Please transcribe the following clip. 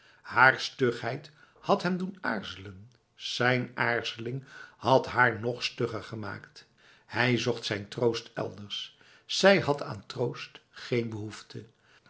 haar stugheid had hem doen aarzelen zijn aarzeling had haar nog stugger gemaakt hij zocht zijn troost elders zij had aan troost geen behoefte